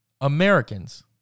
Americans